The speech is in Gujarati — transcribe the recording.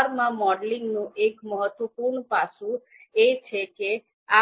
R માં મોડેલિંગનું એક મહત્વનું પાસું એ છે કે